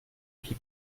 qui